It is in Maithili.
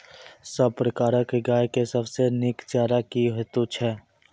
सब प्रकारक गाय के सबसे नीक चारा की हेतु छै?